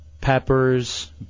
Peppers